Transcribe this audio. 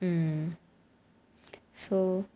hmm so